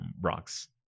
rocks